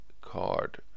card